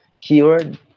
keyword